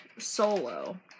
Solo